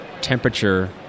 temperature